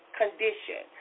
condition